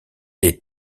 est